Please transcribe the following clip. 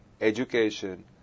education